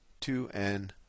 2n